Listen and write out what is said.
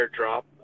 airdrop